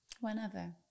whenever